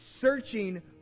searching